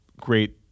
great